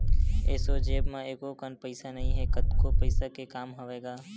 एसो जेब म एको कन पइसा नइ हे, कतको पइसा के काम हवय गा